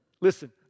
Listen